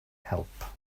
help